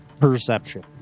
perception